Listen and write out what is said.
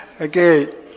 Okay